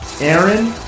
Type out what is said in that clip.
Aaron